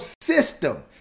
system